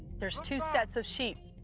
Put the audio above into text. there's two sets of sheep.